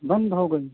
बंद हो गई